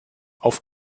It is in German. auf